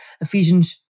Ephesians